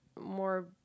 more